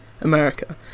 America